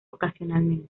ocasionalmente